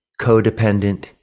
codependent